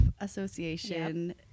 association